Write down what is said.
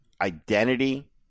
identity